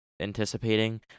anticipating